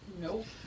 Nope